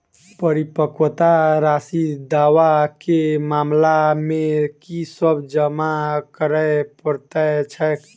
परिपक्वता राशि दावा केँ मामला मे की सब जमा करै पड़तै छैक?